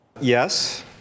Yes